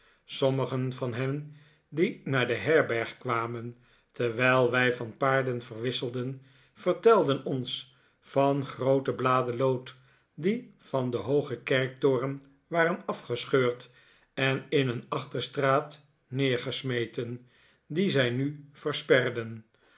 sommigen van hen die naar de herberg kwamen terwijl wij van paarden verwisselden vertelden ons van groote bladen lood die van den hoogen kerktoren waren afgescheurd en in een achterstraat neergesmeten die zij nu versperden